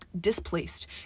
displaced